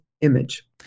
image